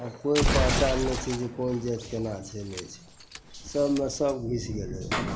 आब कोइ पहचान नहि छै जे कोन जाति कोना छै नहि छै सबमे सब घुसि गेलैए